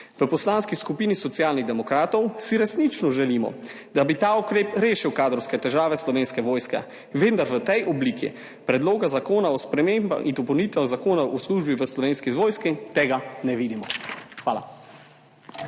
V Poslanski skupini Socialnih demokratov si resnično želimo, da bi ta ukrep rešil kadrovske težave Slovenske vojske, vendar v tej obliki Predloga zakona o spremembah in dopolnitvah Zakona o službi v Slovenski vojski tega ne vidimo. Hvala.